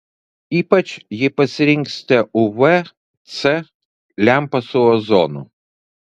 ypač jei pasirinksite uv c lempą su ozonu